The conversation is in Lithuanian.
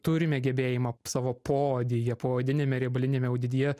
turime gebėjimą savo poodyje poodiniame riebaliniame audinyje